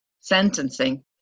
sentencing